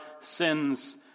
sins